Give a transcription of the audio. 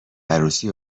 عروسی